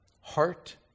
Heart